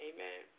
Amen